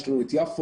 יש לנו את יפו,